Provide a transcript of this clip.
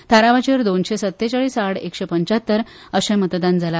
थारावाचेर दोनशे सत्तेचाळीस आड एकशे पंचात्तर अशें मतदान जाला